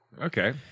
Okay